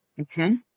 okay